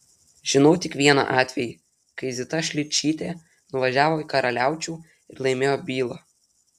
žinau tik vieną atvejį kai zita šličytė nuvažiavo į karaliaučių ir laimėjo bylą